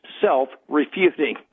self-refuting